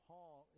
Paul